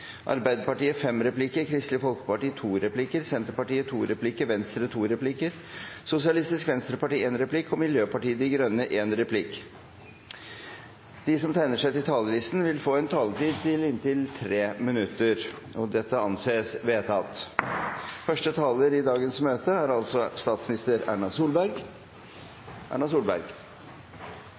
Arbeiderpartiet fem replikker, Kristelig Folkeparti to replikker, Senterpartiet to replikker, Venstre to replikker, Sosialistisk Venstreparti en replikk og Miljøpartiet De Grønne en replikk. De som tegner seg på talerlisten, vil få en taletid på inntil 3 minutter. – Det anses vedtatt. På den andre siden av Atlanteren er verdens viktigste valgkamp på vei inn i